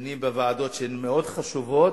ובדיונים בוועדות, שהן מאוד חשובות,